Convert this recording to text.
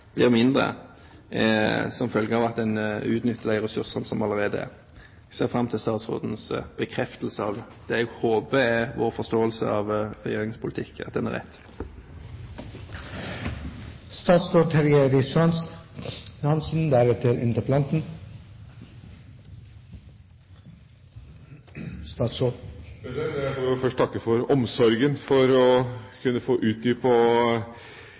blir mindre som følge av at en utnytter de ressursene som allerede er. Jeg ser fram til statsrådens bekreftelse av vår forståelse av regjeringens politikk – jeg håper forståelsen er rett. Jeg får jo først takke for omsorgen for at jeg skal kunne få utdype og definere politikken på